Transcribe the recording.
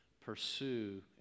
pursue